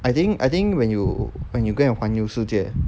I think I think when you when you go and 环游世界